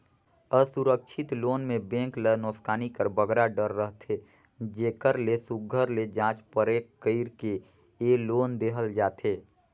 असुरक्छित लोन में बेंक ल नोसकानी कर बगरा डर रहथे जेकर ले सुग्घर ले जाँच परेख कइर के ए लोन देहल जाथे